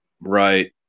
Right